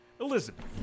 Elizabeth